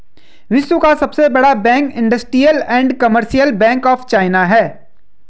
विश्व का सबसे बड़ा bank industrial and commercial bank of China है